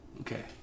Okay